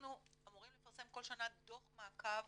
אנחנו אמורים לפרסם דו"ח מעקב